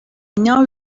know